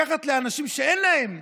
לקחת לאנשים שאין להם,